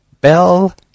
bell